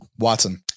Watson